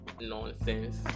nonsense